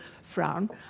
frown